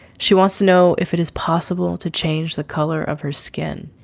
she wants to know if it is possible to change the color of her skin.